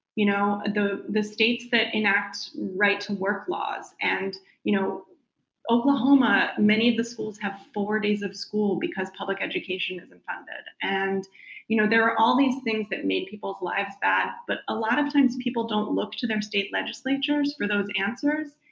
you know the the states that enact right-to-work laws and you know oklahoma many of the schools have four days of school because public education isn't funded and you know there are all these things that made people's lives bad but a lot of times people don't look to their state legislatures for those answers.